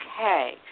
okay